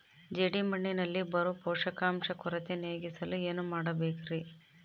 ಜೇಡಿಮಣ್ಣಿನಲ್ಲಿ ಬರೋ ಪೋಷಕಾಂಶ ಕೊರತೆ ನೇಗಿಸಲು ಏನು ಮಾಡಬೇಕರಿ?